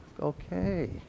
okay